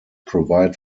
provide